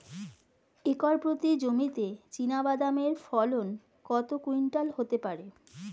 Acre প্রতি জমিতে চীনাবাদাম এর ফলন কত কুইন্টাল হতে পারে?